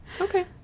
okay